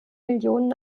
millionen